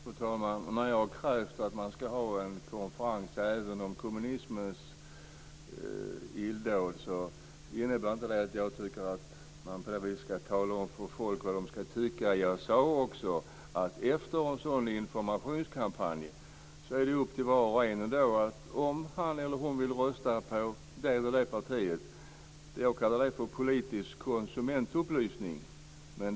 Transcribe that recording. Fru talman! När jag har krävt att man ska ha en konferens även om kommunismens illdåd innebär inte det att jag tycker att man ska tala om för folk vad de ska tycka. Jag sade också att efter en sådan informationskampanj är det upp till var och en att rösta på vilket parti man vill. Jag kallar det politisk konsumentupplysning.